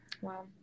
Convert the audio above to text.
wow